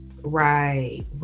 Right